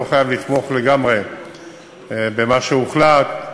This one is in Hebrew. אני לא חייב לתמוך לגמרי במה שהוחלט.